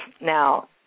now